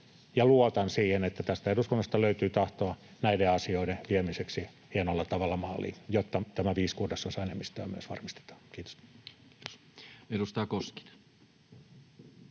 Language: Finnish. luotan siihen, että tästä eduskunnasta löytyy tahtoa näiden asioiden viemiseksi hienolla tavalla maaliin, jotta tämä viisi kuudesosaa enemmistöä myös varmistetaan. — Kiitos. [Speech